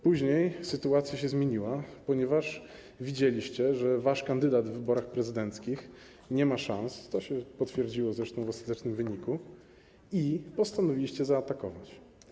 Później sytuacja się zmieniła, ponieważ widzieliście, że wasz kandydat w wyborach prezydenckich nie ma szans, co się zresztą potwierdziło w ostatecznym wyniku, i postanowiliście zaatakować.